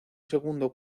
segundo